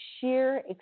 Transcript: sheer